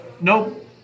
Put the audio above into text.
Nope